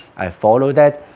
i follow that